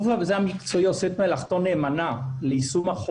צריך לקבוע את גודל המאגר בהתאם למספר הועדות שיש בשנה,